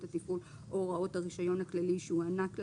התפעול או הוראות הרישיון הכללי שהוענק לה,